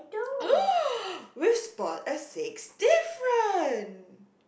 we spot a six different